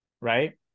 right